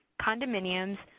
condominiums,